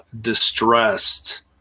distressed